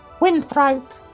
winthrop